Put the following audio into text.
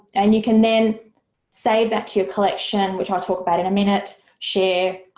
and you can then save that to your collection which i talked about in a minute, share,